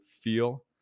feel